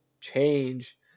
change